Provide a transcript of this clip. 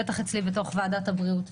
בטח אצלי בוועדת הבריאות.